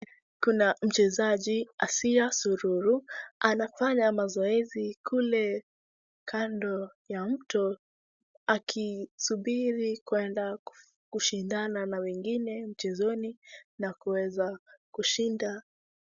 Kuna mchezaji, Asiya Sululu, anafanya mazoezi kule kando ya mto akisubiri kwenda kushindana na wengine mchezoni na kuweza kushinda.